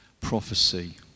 prophecy